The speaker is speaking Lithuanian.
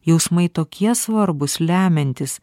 jausmai tokie svarbūs lemiantys